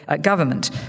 government